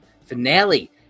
finale